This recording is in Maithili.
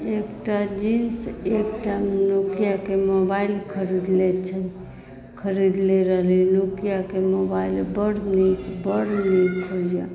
एकटा जींस एकटा नोकियाके मोबाइल खरीदने छी खरीदले रहलियै नोकियाके मोबाइल बड़ नीक बड़ नीक बुझाएल